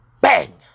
Bang